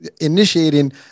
initiating